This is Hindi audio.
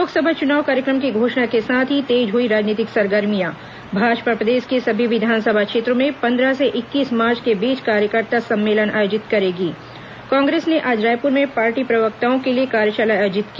लोकसभा चुनाव कार्यक्रम की घोषणा के साथ ही तेज हई राजनीतिक सरगर्मियां भाजपा प्रदेश के सभी विधानसभा क्षेत्रों में पद्रह से इक्कीस मार्च के बीच कार्यकर्ता सम्मेलन आयोजित करेगी कांग्रेस ने आज रायपुर में पार्टी प्रवक्ताओं के लिए कार्यशाला आयोजित की